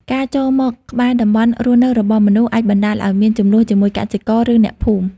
ការចូលមកក្បែរតំបន់រស់នៅរបស់មនុស្សអាចបណ្តាលឲ្យមាន ជម្លោះជាមួយកសិករ ឬអ្នកភូមិ។